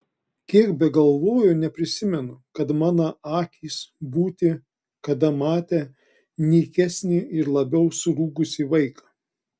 kiek begalvoju neprisimenu kad mana akys būti kada matę nykesnį ir labiau surūgusį vaiką